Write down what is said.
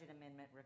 amendment